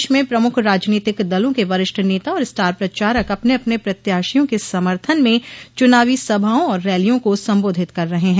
प्रदेश में प्रमुख राजनोतिक दलों के वरिष्ठ नेता और स्टार प्रचारक अपने अपने प्रत्याशियों के समर्थन में चुनावी सभाओं और रैलियों को संबोधित कर रहे हैं